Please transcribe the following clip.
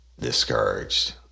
discouraged